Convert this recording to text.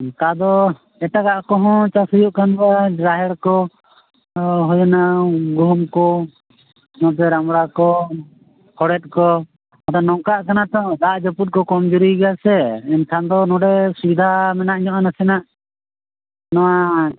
ᱱᱮᱛᱟᱨ ᱫᱚ ᱮᱴᱟᱜᱟᱜ ᱠᱚᱦᱚᱸ ᱪᱟᱥ ᱦᱩᱭᱩᱜ ᱠᱷᱟᱱ ᱫᱚ ᱨᱟᱦᱮᱲ ᱠᱚ ᱦᱩᱭᱮᱱᱟ ᱜᱩᱦᱩᱢ ᱠᱚ ᱱᱚᱛᱮ ᱨᱟᱢᱲᱟ ᱠᱚ ᱦᱚᱲᱮᱡ ᱠᱚ ᱟᱫᱚ ᱱᱚᱝᱠᱟᱜ ᱠᱟᱱᱟ ᱛᱚ ᱫᱟᱜ ᱡᱟᱹᱯᱩᱫ ᱠᱚ ᱠᱚᱢᱡᱩᱨᱤ ᱜᱮᱭᱟ ᱥᱮ ᱮᱱᱠᱷᱟᱱ ᱫᱚ ᱱᱚᱰᱮ ᱥᱩᱵᱤᱫᱷᱟ ᱢᱮᱱᱟᱜ ᱧᱚᱜᱟ ᱱᱟᱥᱮᱱᱟᱜ ᱱᱚᱣᱟ